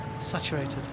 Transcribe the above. saturated